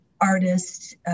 artists